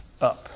up